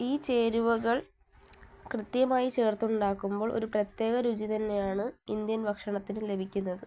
ഈ ചേരുവകൾ കൃത്യമായി ചേർത്തുണ്ടാക്കുമ്പോൾ ഒരു പ്രത്യേക രുചി തന്നെയാണ് ഇന്ത്യൻ ഭക്ഷണത്തിന് ലഭിക്കുന്നത്